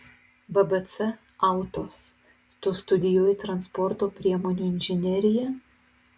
bbc autos tu studijuoji transporto priemonių inžineriją